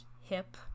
hip